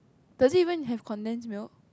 does it even have condensed milk